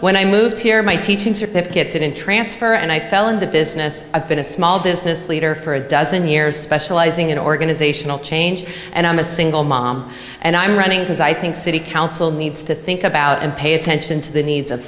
when i moved here my teaching certificate didn't transfer and i fell into business i've been a small business leader for a dozen years specializing in organizational change and i'm a single mom and i'm running because i think city council needs to think about and pay attention to the needs of